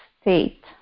state